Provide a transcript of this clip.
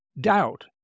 doubt